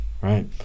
right